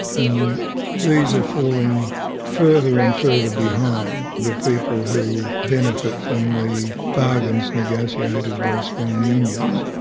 and these are falling further and further behind the people who benefit from the bargains negotiated by strong unions.